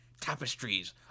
Tapestries